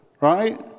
right